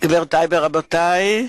גבירותי ורבותי,